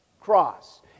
cross